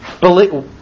believe